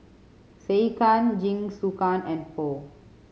Sekihan Jingisukan and Pho